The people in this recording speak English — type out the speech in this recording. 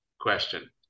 question